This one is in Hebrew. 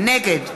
נגד